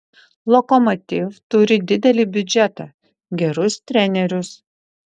lokomotiv turi didelį biudžetą gerus trenerius